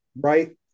right